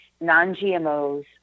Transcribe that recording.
non-GMOs